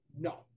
No